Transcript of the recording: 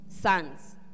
sons